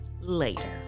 later